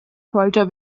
folter